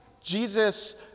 Jesus